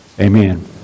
Amen